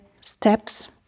steps